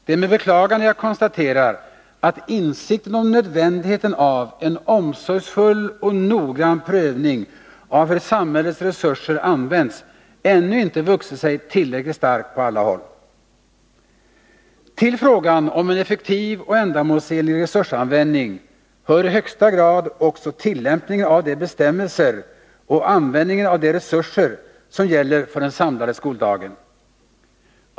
Det är med beklagande jag konstaterar att insikten om nödvändigheten av en omsorgsfull och noggrann prövning av hur samhällets resurser används ännu inte vuxit sig tillräckligt stark på alla håll. Till frågan om en effektiv och ändamålsenlig resursanvändning hör i högsta grad också tillämpningen av de bestämmelser och användningen av de resurser som gäller för den samlade skoldagen.